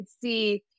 see